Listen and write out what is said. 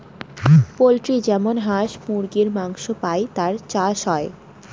poultry যেমন হাঁস মুরগীর মাংস পাই তার চাষ হয়